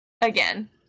again